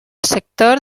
sector